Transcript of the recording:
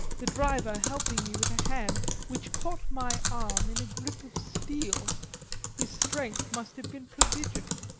the driver helping me with a hand which caught my arm in a grip of steel his strength must have been prodigious.